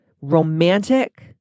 romantic